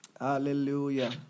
Hallelujah